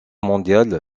mondiale